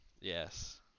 Yes